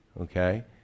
okay